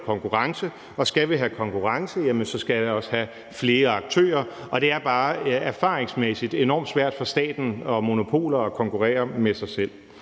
konkurrence, og skal vi have konkurrence, skal vi også have flere aktører. Og det er bare erfaringsmæssigt enormt svært for staten og monopoler at konkurrere med sig selv.